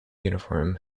uniform